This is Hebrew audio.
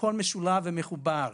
הכול משולב ומחובר.